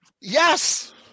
yes